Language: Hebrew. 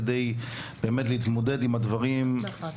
כדי להתמודד באמת עם הדברים האלה,